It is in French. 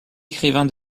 écrivain